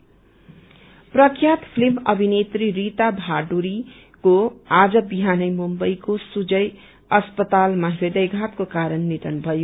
डिमाइश प्रख्यात फिल्म अभिनेत्री रीता भादुङ्रीको आज विहानै मुम्बईको सुजाय अस्पतालमा हृदयघातको कारण निधन भयो